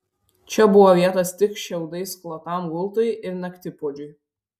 čia buvo vietos tik šiaudais klotam gultui ir naktipuodžiui